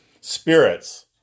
spirits